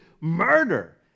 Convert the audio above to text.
murder